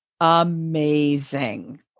amazing